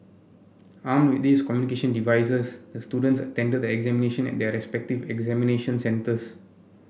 armed with these communication devices the students attended the examination at their respective examination centres